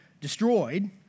destroyed